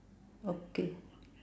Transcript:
okay